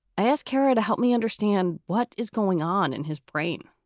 i asked kara to help me understand what is going on in his brain